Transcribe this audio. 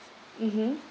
mmhmm